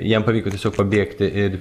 jam pavyko tiesiog pabėgti ir